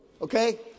okay